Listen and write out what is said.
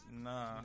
nah